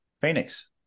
Phoenix